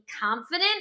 confident